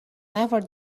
never